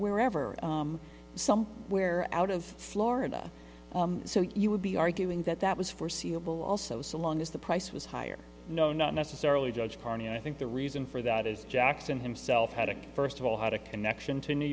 wherever some where out of florida so you would be arguing that that was foreseeable also so long as the price was higher no not necessarily judge carney i think the reason for that is jackson himself had it first of all had a connection to new